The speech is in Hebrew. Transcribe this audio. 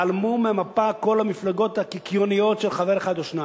ייעלמו מהמפה כל המפלגות הקיקיוניות של חבר אחד או שניים.